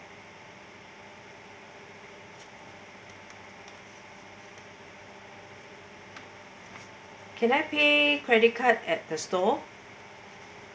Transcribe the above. can I pay credit card at the store